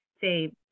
say